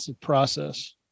process